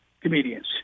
comedians